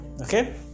okay